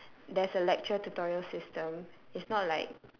there's a lecture tutorial system it's not like